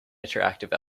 interactive